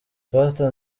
pastor